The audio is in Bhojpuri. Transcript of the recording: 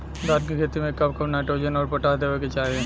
धान के खेती मे कब कब नाइट्रोजन अउर पोटाश देवे के चाही?